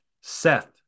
Seth